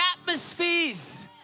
atmospheres